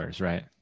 right